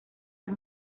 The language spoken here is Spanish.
las